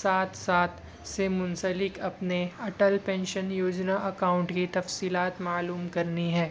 سات سات سے منسلک اپنے اٹل پینشن یوجنا اکاؤنٹ کی تفصیلات معلوم کرنی ہے